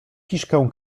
kiszkę